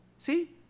See